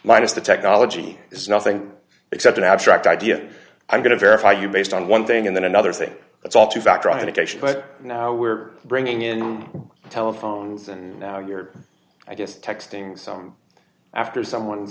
minus the technology is nothing except an abstract idea i'm going to verify you based on one thing and then another say it's all two factor authentication but now we're bringing in telephones and now you're i guess texting some after someone